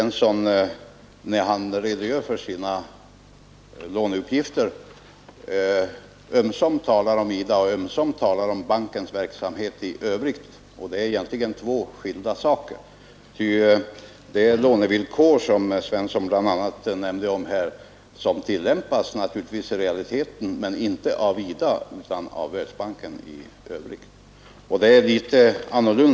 När herr Svensson redogör för sina låneuppgifter gäller de ömsom IDA och ömsom bankens verksamhet i övrigt, och det är två skilda saker. De lånevillkor som bl.a. nämndes av herr Svensson tillämpas naturligtvis också i realiteten, dock inte av IDA utan av Världsbanken i övrigt, och det är en viss skillnad.